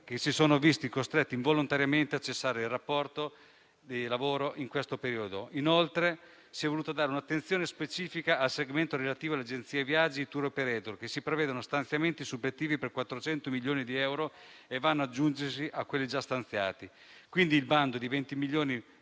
che si sono visti costretti involontariamente a cessare il rapporto di lavoro in questo periodo. Inoltre, si è voluto dare un'attenzione specifica al segmento relativo alle agenzie viaggi a ai *tour operator,* per i quali si prevedono stanziamenti suppletivi per 400 milioni di euro, che vanno ad aggiungersi a quelli già stanziati. Vi è poi il bando di 20 milioni destinato